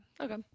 Okay